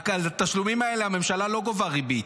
רק שעל התשלומים האלה הממשלה לא גובה ריבית,